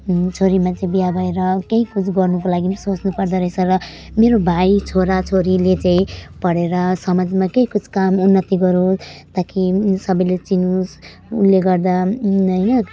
छोरी मान्छे बिहा भएर केही कुछ गर्नुको लागि सोच्नुपर्दो रहेछ र मेरो भाइ छोराछोरीले चाहिँ पढेर समाजमा केही कुछ काम उन्नति गरोस् ताकि सबैले चिनोस् उसले गर्दा होइन